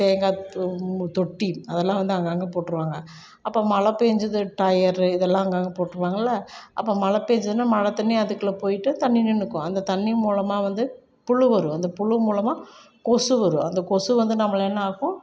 தேங்காய் தொட்டி அதெல்லாம் வந்து அங்கங்கே போட்டுருவாங்க அப்போ மழை பெய்ஞ்சுது டயரு இதெல்லாம் அங்கங்கே போட்டுருவாங்கள்ல அப்போ மழை பெய்ஞ்சிதுன்னா மழை தண்ணி அதுக்குள்ளே போய்ட்டு தண்ணி நின்னுக்கும் அந்த தண்ணி மூலமாக வந்து புழு வரும் அந்த புழு மூலமாக கொசு வரும் அந்த கொசு வந்து நம்மள என்னாக்கும்